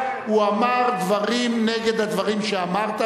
הוא אמר דברים נגד הדברים שאמרת,